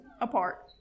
apart